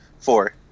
Four